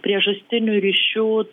priežastinių ryšių